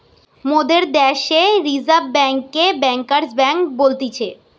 মোদের দ্যাশে রিজার্ভ বেঙ্ককে ব্যাঙ্কার্স বেঙ্ক বলতিছে